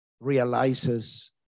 realizes